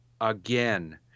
again